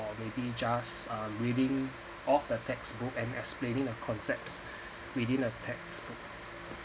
maybe just uh reading of the textbook and explaining the concepts within the textbook